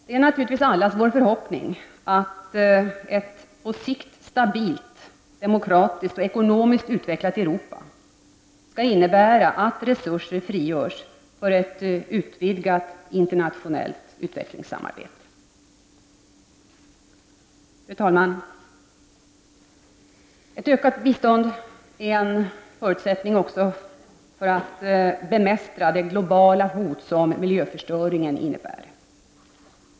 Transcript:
Det är naturligtvis allas vår förhoppning att ett på sikt stabilt, demokratiskt och ekonomiskt utvecklat Europa skall innebära att resurser frigörs för ett utvidgat internationellt utvecklingssamarbete. Fru talman! Ett ökat bistånd är också en förutsättning för att det globala hot som miljöförstöringen innebär skall kunna bemästras.